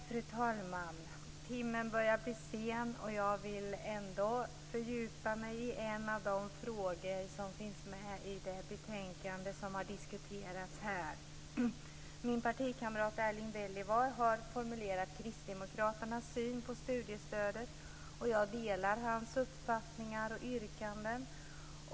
Fru talman! Timmen börjar bli sen, men jag vill ändå fördjupa mig i en av de frågor som är med i det betänkande som har diskuterats här. Min partikamrat Erling Wälivaara har formulerat kristdemokraternas syn på studiestödet, och jag delar hans uppfattningar och yrkanden.